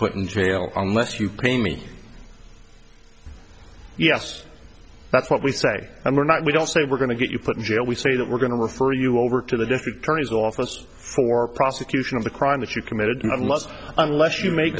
put in jail unless you pay me yes that's what we say and we're not we don't say we're going to get you put in jail we say that we're going to refer you over to the district attorney's office for prosecution of the crime that you committed lust unless you make